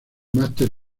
master